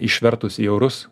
išvertus į eurus